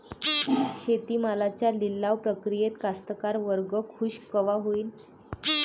शेती मालाच्या लिलाव प्रक्रियेत कास्तकार वर्ग खूष कवा होईन?